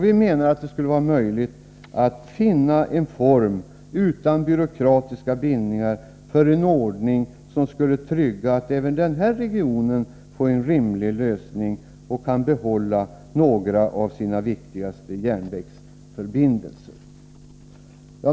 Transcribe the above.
Vi menar att det skulle vara möjligt att finna en form som utan byråkratiska bindningar skulle trygga en rimlig lösning, så att även den här regionen kunde behålla några av sina viktigaste järnvägsförbindelser.